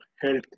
health